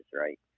right